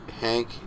Hank